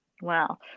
Wow